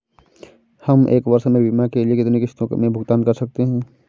हम एक वर्ष में बीमा के लिए कितनी किश्तों में भुगतान कर सकते हैं?